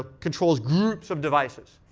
ah controls groups of devices.